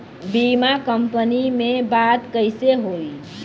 बीमा कंपनी में बात कइसे होई?